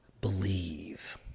believe